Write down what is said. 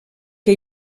que